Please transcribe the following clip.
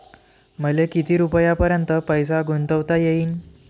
मले किती रुपयापर्यंत पैसा गुंतवता येईन?